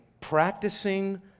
practicing